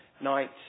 night